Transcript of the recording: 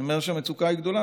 אני אומר שהמצוקה גדולה.